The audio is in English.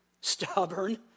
stubborn